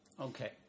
Okay